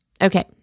Okay